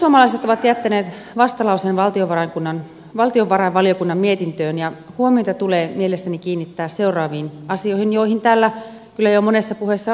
perussuomalaiset ovat jättäneet vastalauseen valtiovarainvaliokunnan mietintöön ja huomiota tulee mielestäni kiinnittää seuraaviin asioihin joihin täällä kyllä jo monessa puheessa on viitattukin